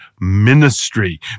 ministry